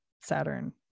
Saturn